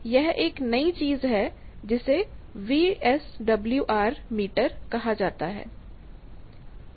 यह एक नई चीज है जिसे वीएसडब्ल्यूआर मीटर कहा जाता है